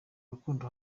rukundo